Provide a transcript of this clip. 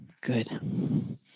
Good